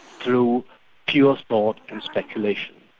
through pure thought and speculation.